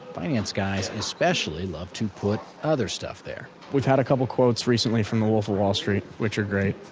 finance guys especially love to put other stuff there we've had a couple quotes recently from the wolf of wall street, which are great,